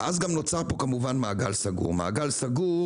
ואז גם נוצר פה כמובן מעגל סגור מעגל סגור